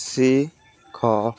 ଶିଖ